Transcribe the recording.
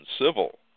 civil